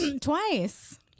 Twice